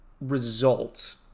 result